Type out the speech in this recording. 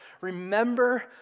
Remember